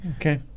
Okay